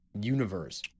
universe